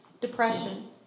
depression